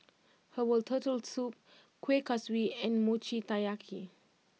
Herbal Turtle Soup Kueh Kaswi and Mochi Taiyaki